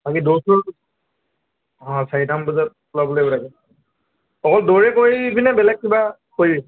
বাকী দৌৰ চৌৰ অঁ চাৰিটামান বজাত ওলাবলৈ লাগে অকল দৌৰে কৰিবিনে বেলেগ কিবা কৰি